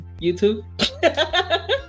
YouTube